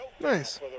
Nice